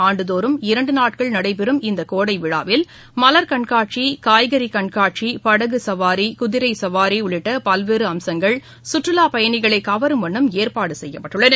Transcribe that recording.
ஆண்டுதோறும் இரண்டு நாட்கள் நடைபெறும் இந்த கோடை விழாவில் மலர் கண்காட்சி காய்கறி கண்காட்சி படகு சவாரி குதிரை சவாரி உள்ளிட்ட பல்வேறு அம்சங்கள் கற்றுலாப் பயணிகளை கவரும் வண்ணம் ஏற்பாடு செய்யப்பட்டுள்ளன